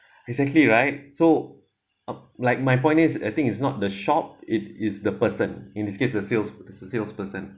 he's actually right so uh like my point is I think is not the shop it is the person in this case the sales salesperson